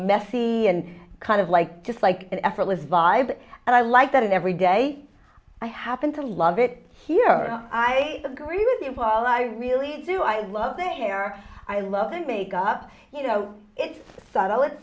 messy and kind of like just like an effortless vibe and i like that and every day i happen to love it here i agree with you well i really do i love the hair i love and makeup you know it's subtle it's